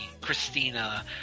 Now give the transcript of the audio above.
Christina